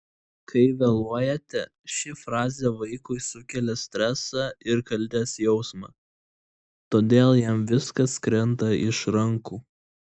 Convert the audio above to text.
kai vėluojate ši frazė vaikui sukelia stresą ir kaltės jausmą todėl jam viskas krenta iš rankų